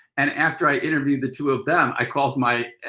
and after i interviewed the two of them, i called my